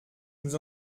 nous